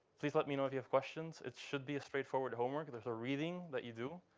please let me know if you have questions. it should be a straightforward homework. there's a reading that you do.